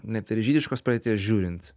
net ir iš žydiškos praeities žiūrint